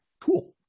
cool